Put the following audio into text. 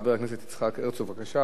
חבר הכנסת יצחק הרצוג, בבקשה.